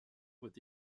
voit